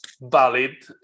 valid